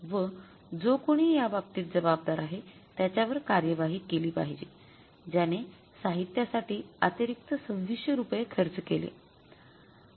व जो कोणी याबाबतीत जबाबदार आहे त्याच्यावर कार्यवाही केली पाहिजे ज्याने साहित्या साठी अतिरिक्त २६०० रुपये खर्च केले